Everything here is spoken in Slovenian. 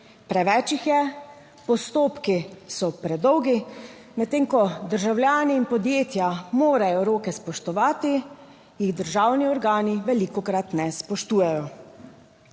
Preveč jih je, postopki so predolgi. Medtem, ko državljani in podjetja morajo roke spoštovati, jih državni organi velikokrat ne spoštujejo.